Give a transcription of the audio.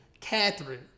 Catherine